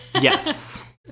Yes